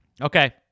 Okay